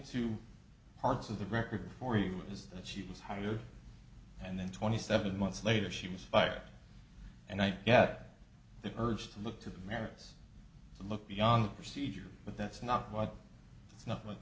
two parts of the record for you is that she was hired and then twenty seven months later she was fired and i get the urge to look to the merits to look beyond the procedure but that's not what it's not